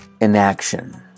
inaction